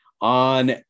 On